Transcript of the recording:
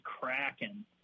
cracking